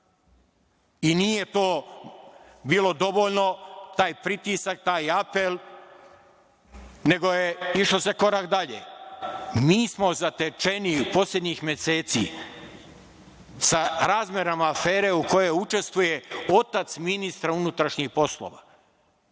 i nije to bilo dovoljno taj pritisak, taj apel, nego se išlo korak dalje. Mi smo zatečeni poslednjih meseci sa razmerama afere u kojoj učestvuje otac ministra unutrašnjih poslova,